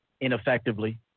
ineffectively